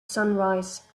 sunrise